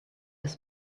his